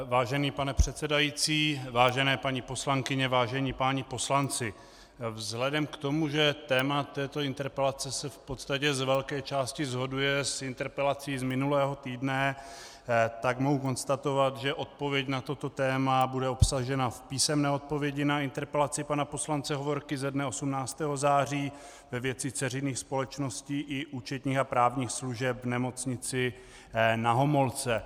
Vážený pane předsedající, vážené paní poslankyně, vážení páni poslanci, vzhledem k tomu, že téma této interpelace se v podstatě z velké části shoduje s interpelací z minulého týdne, mohu konstatovat, že odpověď na toto téma bude obsažena v písemné odpovědi na interpelaci pana poslance Hovorky ze dne 18. září ve věci dceřiných společností i účetních a právních služeb v Nemocnici Na Homolce.